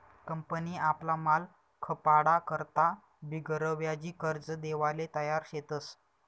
company आपला माल खपाडा करता बिगरव्याजी कर्ज देवाले तयार शेतस